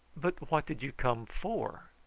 but what did you come for?